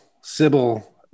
Sybil